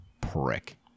prick